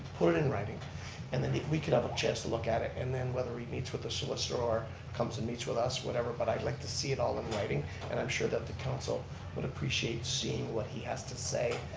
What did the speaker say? put it in writing and then we could have a chance to look at it and then whether he meets with the solicitor or comes and meets with us, whatever, but i'd like to see it all in writing and i'm sure that the council would appreciate seeing what he has to say,